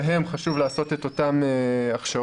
להם חשוב לעשות את אותן הכשרות.